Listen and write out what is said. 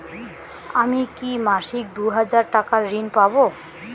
আমি কি মাসিক দুই হাজার টাকার ঋণ পাব?